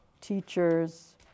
teachers